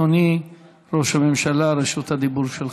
אדוני ראש הממשלה, רשות הדיבור שלך.